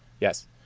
Yes